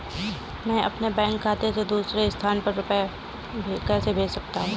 मैं अपने बैंक खाते से दूसरे स्थान पर रुपए कैसे भेज सकता हूँ?